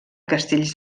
castells